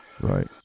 right